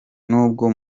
nubwo